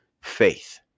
faith